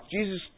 Jesus